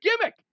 gimmick